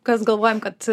kas galvojam kad